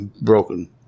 broken